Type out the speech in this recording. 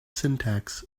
syntax